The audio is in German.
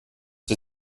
wir